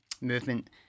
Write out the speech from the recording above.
movement